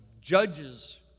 judges